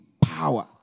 power